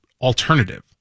alternative